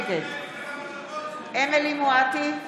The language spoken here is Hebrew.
נגד אמילי חיה מואטי,